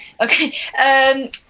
okay